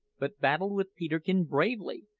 but battled with peterkin bravely,